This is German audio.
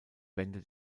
wände